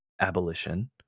abolition